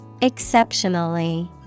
Exceptionally